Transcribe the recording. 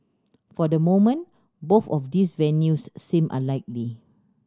for the moment both of those venues seem unlikely